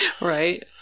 right